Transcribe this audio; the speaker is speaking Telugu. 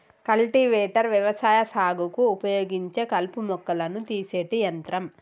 కల్టివేటర్ వ్యవసాయ సాగుకు ఉపయోగించే కలుపు మొక్కలను తీసేటి యంత్రం